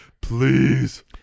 please